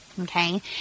Okay